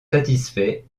satisfaits